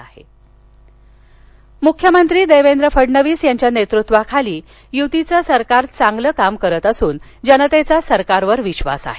अहमदनगर मुख्यमंत्री देवेंद्र फडणवीस यांच्या नेतृत्वाखाली युतीचं सरकार चांगलं काम करत असून जनतेचा सरकारवर विश्वास आहे